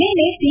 ನಿನ್ನೆ ಟಿ